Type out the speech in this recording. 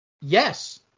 Yes